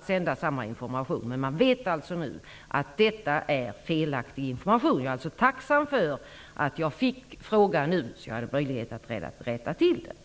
sänts under eftermiddagen. Man vet alltså nu att detta är felaktig information. Jag är tacksam för att jag fick frågan nu så att jag har fått möjlighet att rätta till situationen.